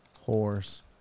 Horse